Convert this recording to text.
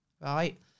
right